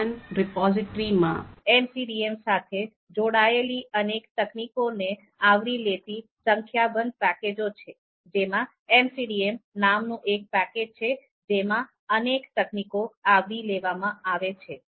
CRAN repository માં MCDM સાથે જોડાયેલી અનેક તકનીકોને આવરી લેતી સંખ્યાબંધ પેકેજો છે જેમાં MCDM નામ નું એક પેકેજ છે જેમાં અનેક તકનીકો આવરી લેવામાં આવે છે